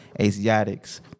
Asiatics